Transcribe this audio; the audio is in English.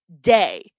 day